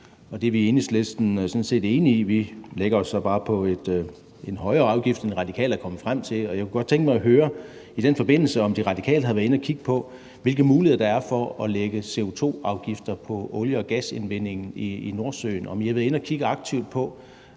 det er vi i Enhedslisten sådan set enige i. Vi lægger os så bare på en højere afgift, end Radikale er kommet frem til, og jeg kunne godt tænke mig at høre i den forbindelse, om De Radikale har været inde at kigge på, hvilke muligheder der er for at lægge CO2-afgifter på olie- og gasindvindingen i Nordsøen. Har I været aktivt inde at kigge på,